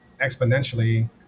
exponentially